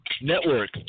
network